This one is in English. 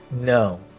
No